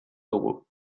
dugu